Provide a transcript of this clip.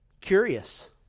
curious